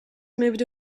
moved